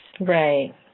Right